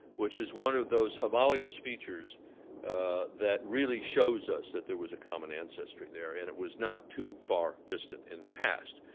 which is one of those homologous features that really shows us that there was a common ancestry there. and it was not too far distant in the past.